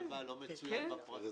על השולחן.